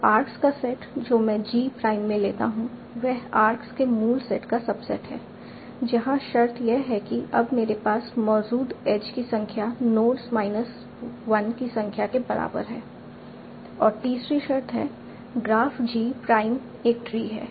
तो आर्क्स का सेट जो मैं G प्राइम में लेता हूं वह आर्क्स के मूल सेट का सबसेट है जहां शर्त यह है कि अब मेरे पास मौजूद एज की संख्या नोड्स माइनस 1 की संख्या के बराबर है और तीसरी शर्त है ग्राफ G प्राइम एक ट्री है